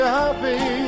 happy